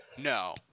No